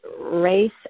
race